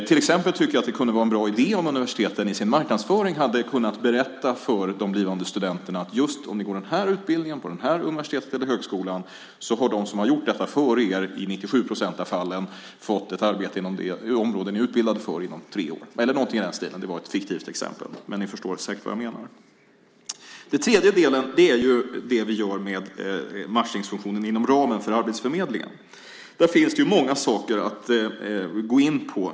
Jag tycker till exempel att det kunde vara en bra idé om universiteten i sin marknadsföring hade kunnat berätta det här för de blivande studenterna: Om ni går den här utbildningen på det här universitetet eller den här högskolan ska ni veta att de som har gjort detta före er i 97 procent av fallen har fått ett arbete inom det område ni utbildar er för inom tre år. Detta var ett fiktivt exempel, men ni förstår säkert vad jag menar. Den tredje delen är det vi gör med matchningsfunktionen inom ramen för arbetsförmedlingen. Där finns det många saker att gå in på.